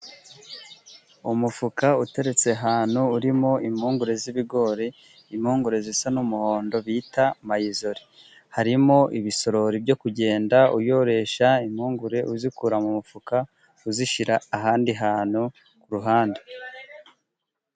Umufuka uteretse ahantu urimo impungure z'ibigori. Impungure zisa n'umuhondo bita mayizore. Harimo ibisorori byo kugenda uyoresha impungure, uzikura mu mufuka, uzishyira ahandi hantu ku ruhande.